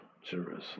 Jerusalem